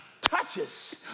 touches